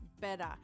better